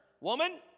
woman